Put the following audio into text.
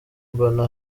mbona